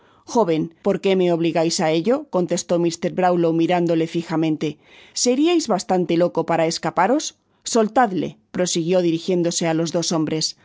joven por qué me obligais á ello contestó mr brownlow mirándole fijamente seriais bastante loco para escaparos soltadle prosiguió dirijiéntlose á los dos hombres